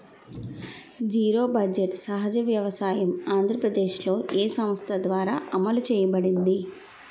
Zero budget సహజ వ్యవసాయం ఆంధ్రప్రదేశ్లో, ఏ సంస్థ ద్వారా అమలు చేయబడింది?